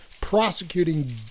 Prosecuting